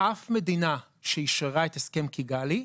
אף מדינה שאישררה את הסכם קיגאלי,